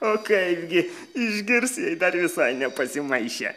o kaipgi išgirsi jei dar visai nepasimaišė